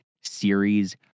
series